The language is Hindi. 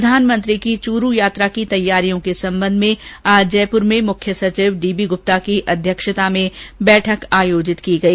प्रधानमंत्री की चूरू यात्रा की तैयारियों के संबंध में आज जयपुर में मुख्य सचिव डी बी गुप्ता की अध्यक्षता में बैठक आयोजित की गई